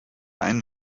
einen